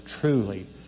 truly